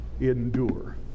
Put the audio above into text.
endure